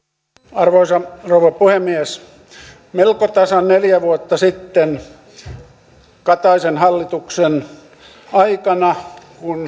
arvoisa rouva puhemies melko tasan neljä vuotta sitten kataisen hallituksen aikana kun